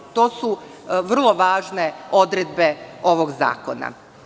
To su vrlo važne odredbe ovog zakona.